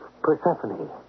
Persephone